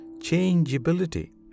changeability